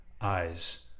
eyes